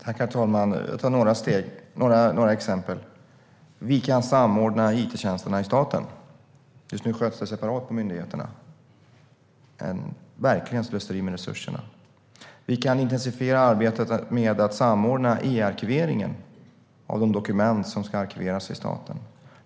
Herr talman! Jag kan ta några exempel. Vi kan samordna it-tjänsterna i staten. Just nu sköts de separat på myndigheterna. Det är verkligen slöseri med resurser. Vi kan intensifiera arbetet med att samordna e-arkiveringen av de dokument som ska arkiveras i staten.